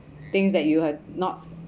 think that you have not